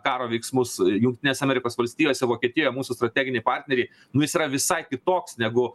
karo veiksmus jungtinės amerikos valstijos i vokietija mūsų strateginiai partneriai nu jis yra visai kitoks negu